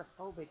claustrophobic